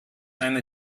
eine